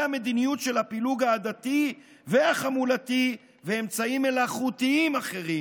המדיניות של הפילוג העדתי והחמולתי ואמצעים מלאכותיים אחרים.